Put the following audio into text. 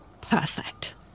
Perfect